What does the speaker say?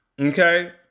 Okay